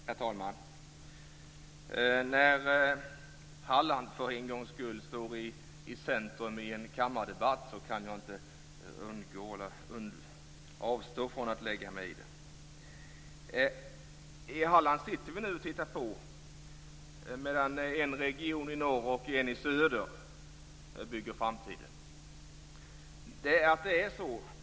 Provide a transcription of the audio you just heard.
Herr talman! När Halland för en gångs skull i en kammardebatt står i centrum kan jag inte avstå från att lägga mig i. I Halland sitter vi nu och tittar på medan en region i norr och en region i söder bygger framtiden.